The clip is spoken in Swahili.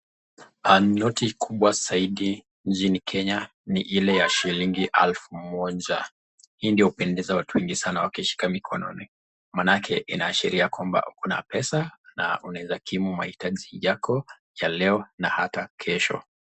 Noti kubwa zaidi nchini kenya ni ile ya shilingi elfu moja. Hii ndo hupendeza watu wengi sana wakishika mkononi maanake inaashiria kwamba kuna pesa na unaweza kimu mahitaji yako ya leo na hata kesho.